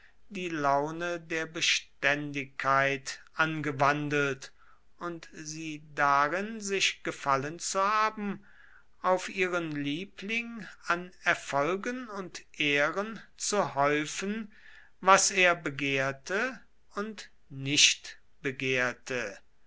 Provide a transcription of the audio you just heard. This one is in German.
die laune der beständigkeit angewandelt und sie darin sich gefallen zu haben auf ihren liebling an erfolgen und ehren zu häufen was er begehrte und nicht begehrte